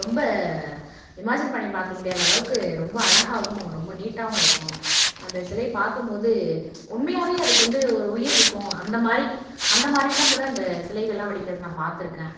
ரொம்ப இமாஜின் பண்ணி பார்க்க முடியாத அளவுக்கு ரொம்ப அழகாகவும் ரொம்ப நீட்டாகவும் இருக்கும் அந்த சிலை பார்க்கும்போது உண்மையாகவே அதுக்கு வந்து ஒரு உயிர் இருக்கும் அந்தமாதிரி அந்தமாதிரில்லாம் கூட அந்த சிலைகளெலாம் வடிக்கிறது நான் பார்த்துருக்கேன்